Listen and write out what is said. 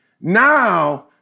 Now